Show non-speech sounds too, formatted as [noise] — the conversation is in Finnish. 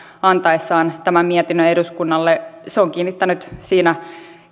antaessaan tämän mietinnön eduskunnalle ja se on kiinnittänyt [unintelligible] siinä